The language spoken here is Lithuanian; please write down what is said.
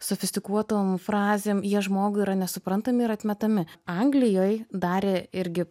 sofistikuotom frazėm jie žmogui yra nesuprantami ir atmetami anglijoj darė irgi